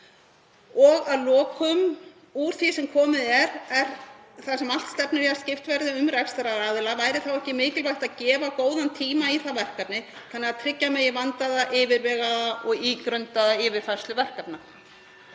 Og að lokum: Úr því sem komið er og þar sem allt stefnir í að skipt verði um rekstraraðila, væri þá ekki mikilvægt að gefa góðan tíma í það verkefni þannig að tryggja megi vandaða, yfirvegaða og ígrundaða yfirfærslu verkefna?